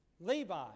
Levi